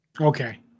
Okay